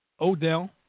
Odell